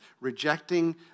rejecting